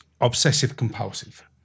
obsessive-compulsive